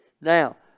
Now